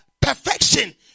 perfection